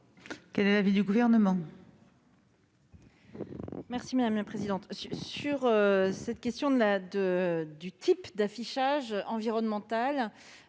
Quel est l'avis du Gouvernement ?